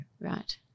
Right